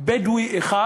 בדואי אחד,